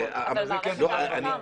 אני נחשפתי לזה בפעם הראשונה כאן.